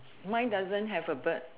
mine doesn't have a bird